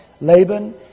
Laban